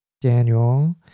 daniel